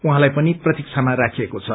उहाँलाई पनि प्रतिक्षामा राखिएको छ